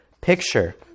picture